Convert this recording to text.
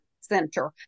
center